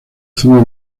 zona